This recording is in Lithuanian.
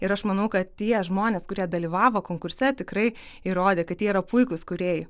ir aš manau kad tie žmonės kurie dalyvavo konkurse tikrai įrodė kad jie yra puikūs kūrėjai